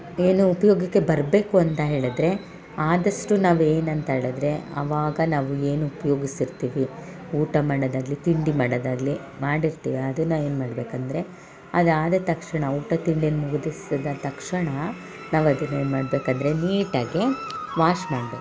ಏನು ಉಪ್ಯೋಗಕ್ಕೆ ಬರಬೇಕು ಅಂತ ಹೇಳಿದರೆ ಆದಷ್ಟು ನಾವು ಏನಂತ ಹೇಳಿದ್ರೆ ಆವಾಗ ನಾವು ಏನು ಉಪ್ಯೋಗ್ಸಿರ್ತೀವಿ ಊಟ ಮಾಡದಾಗಲಿ ತಿಂಡಿ ಮಾಡದಾಗಲಿ ಮಾಡಿರ್ತೀವಿ ಅದನ್ನು ಏನು ಮಾಡ್ಬೇಕಂದರೆ ಅದಾದ ತಕ್ಷಣ ಊಟ ತಿಂಡಿನ ಮುಗಿಸಿದ ತಕ್ಷಣ ನಾವು ಅದನ್ನು ಏನು ಮಾಡ್ಬೇಕೆಂದರೆ ನೀಟಾಗೆ ವಾಶ್ ಮಾಡ್ಬೇಕು